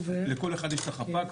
לכל אחד יש את החפ"ק,